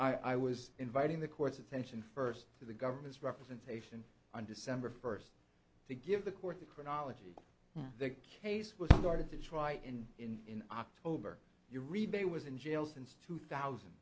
i was inviting the court's attention first to the government's representation on december first to give the court the chronology the case was started to try in in october you read they was in jail since two thousand